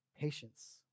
patience